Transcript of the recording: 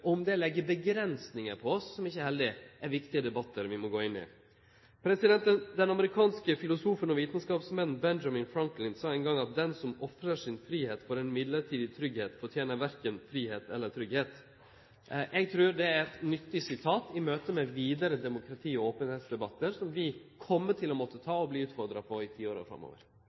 må gå inn i. Den amerikanske filosofen og vitenskapsmannen Benjamin Franklin sa ein gong: «Den som er villig til å ofre sin frihet for en stund i trygghet, fortjener verken frihet eller trygghet.» Eg trur det er eit nyttig sitat i møtet med vidare debattar om demokrati og openheit – som vi kjem til å måtte ta og verte utfordra på i